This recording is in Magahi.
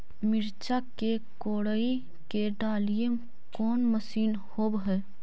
मिरचा के कोड़ई के डालीय कोन मशीन होबहय?